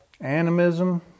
Animism